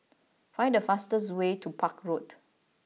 find the fastest way to Park Road